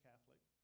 Catholic